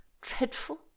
Dreadful